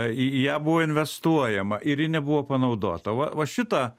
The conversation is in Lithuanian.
į ją buvo investuojama ir ji nebuvo panaudota va va šitą